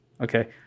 Okay